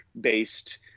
based